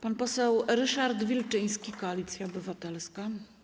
Pan poseł Ryszard Wilczyński, Koalicja Obywatelska.